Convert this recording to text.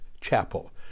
chapel